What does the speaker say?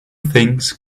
things